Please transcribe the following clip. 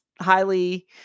highly